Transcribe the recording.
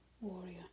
warrior